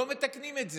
לא מתקנים את זה.